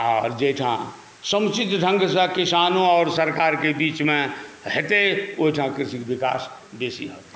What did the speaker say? आओर जाहिठाम समुचित ढंगसँ किसानो आओर सरकारके बीचमे हेतै ओहिठाम कृषिके विकास बेसी हेतै